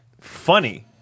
funny